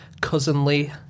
cousinly